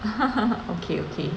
okay okay